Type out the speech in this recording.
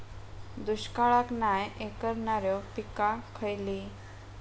दुष्काळाक नाय ऐकणार्यो पीका खयली?